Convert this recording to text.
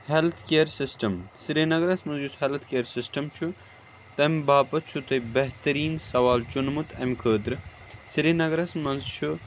health care system سرینگٕرس منٛز یُس ہٮ۪لٕتھ کِیر سِسٹَم چھُ تَمہِ باپَتھ چھُ تۄہہِ بہتریٖن سَوال چُنمُت اَمہِ خٲطرٕ سرینگٕرس منٛز چھُ